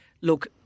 look